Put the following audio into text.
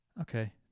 Okay